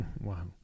Wow